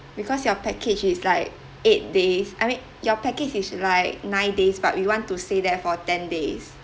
because your package is like eight days I mean your package is like nine days but we want to stay there for ten days